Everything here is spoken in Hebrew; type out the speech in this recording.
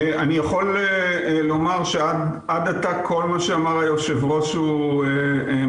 אני יכול לומר שעד עתה כל מה שאמר היושב ראש הוא מדויק.